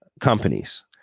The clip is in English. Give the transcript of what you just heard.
companies